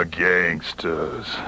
gangsters